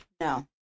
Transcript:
No